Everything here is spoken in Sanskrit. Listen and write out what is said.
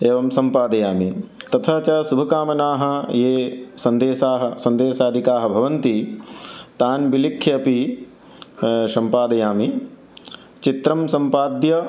एवं सम्पादयामि तथा च शुभकामनाः ये सन्देशाः सन्देशादिकाः भवन्ति तान् विलिख्यापि सम्पादयामि चित्रं सम्पाद्य